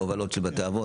הובלות של בתי אבות.